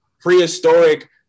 prehistoric